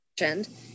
mentioned